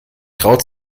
traut